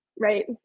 right